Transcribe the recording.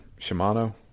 Shimano